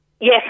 Yes